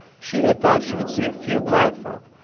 she had thought she would see a few black folk,